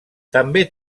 també